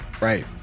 Right